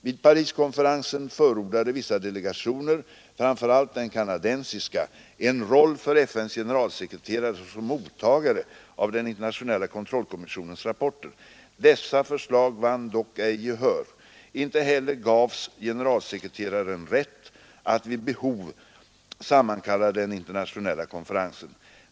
Vid Pariskonferensen förordade vissa delegationer, framför allt den kanadensiska, en roll för FN:s generalsekreterare såsom mottagare av den internationella kontrollkommissionens rapporter. Dessa förslag vann dock ej gehör. Inte heller gavs generalsekreteraren rätt att vid behov sammankalla den internationella konferensen.